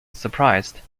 surprised